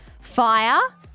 Fire